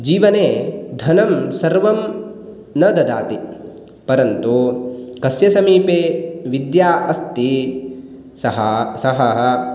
जीवने धनं सर्वं न ददाति परन्तु कस्य समीपे विद्या अस्ति सः सः